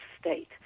state